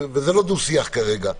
וזה לא דו-שיח כרגע.